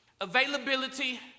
Availability